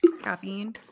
caffeine